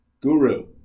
Guru